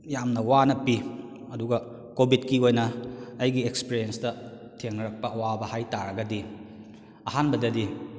ꯌꯥꯝꯅ ꯋꯥꯅ ꯄꯤ ꯑꯗꯨꯒ ꯀꯣꯚꯤꯠꯀꯤ ꯑꯣꯏꯅ ꯑꯩꯒꯤ ꯑꯦꯛꯁꯄ꯭ꯔꯦꯟꯁꯇ ꯊꯦꯡꯅꯔꯛꯄ ꯑꯋꯥꯕ ꯍꯥꯏ ꯇꯥꯔꯒꯗꯤ ꯑꯍꯥꯟꯕꯗꯗꯤ